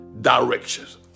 directions